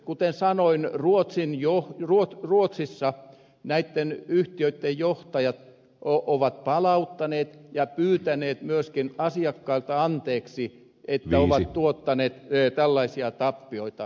kuten sanoin ruotsissa näitten yhtiöitten johtajat ovat palauttaneet nämä rahat ja pyytäneet myöskin asiakkailta anteeksi että ovat tuottaneet tällaisia tappioita